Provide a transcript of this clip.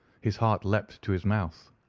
his heart leapt to his mouth,